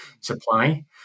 supply